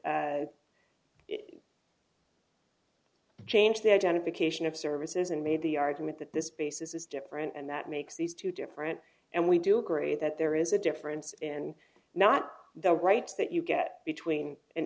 changed the identification of services and made the argument that this basis is different and that makes these two different and we do agree that there is a difference and not the rights that you get between an